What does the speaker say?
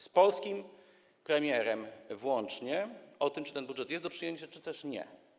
z polskim premierem włącznie, czy ten budżet jest do przyjęcia czy też nie.